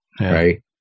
right